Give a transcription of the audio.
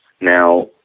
Now